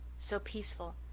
so peaceful,